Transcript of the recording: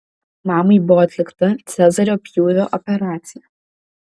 mamai buvo atlikta cezario pjūvio operacija